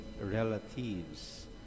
relatives